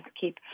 keep